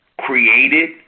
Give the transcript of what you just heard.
created